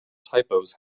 typos